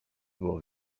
było